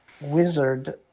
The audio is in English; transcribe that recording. wizard